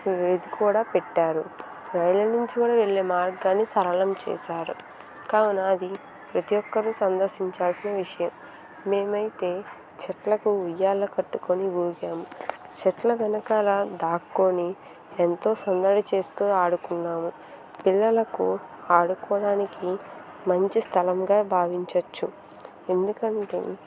ఇది కూడా పెట్టారు రైలు నుంచి కూడా వెళ్ళే మార్గాన్ని సరళం చేశారు కావున అది ప్రతి ఒక్కరు సందర్శించాల్సిన విషయం మేమైతే చెట్లకు ఉయ్యాల కట్టుకొని ఊగాం చెట్ల వెనకాల దాక్కొని ఎంతో సందడి చేస్తూ ఆడుకున్నాము పిల్లలకు ఆడుకోడానికి మంచి స్థలంగా భావించవచ్చు ఎందుకంటే